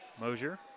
Mosier